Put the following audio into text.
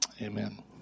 amen